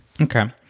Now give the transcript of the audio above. Okay